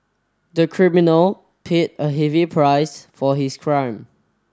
the criminal paid a heavy price for his crime